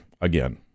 again